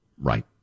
Right